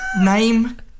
name